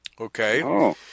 Okay